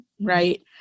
right